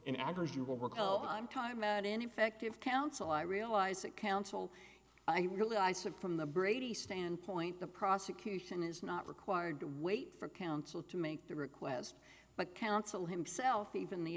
i'm time out ineffective counsel i realize that counsel i really i said from the brady standpoint the prosecution is not required to wait for counsel to make the request but counsel himself even the